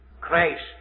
Christ